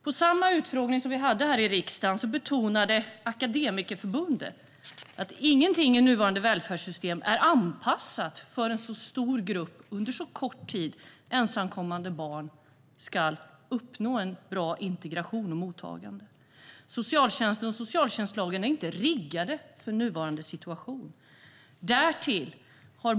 På samma utfrågning här i riksdagen betonade Akademikerförbundet att ingenting i nuvarande välfärdssystem är anpassat för att en så stor grupp ensamkommande barn som kommer under så kort tid ska uppnå en bra integration och ett bra mottagande. Socialtjänsten och socialtjänstlagen är inte riggade för den nuvarande situationen.